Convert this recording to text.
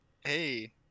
hey